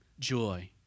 joy